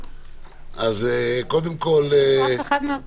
אין פה אף אחד מהקואליציה.